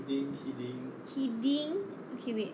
kidding okay wait